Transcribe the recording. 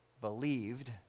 believed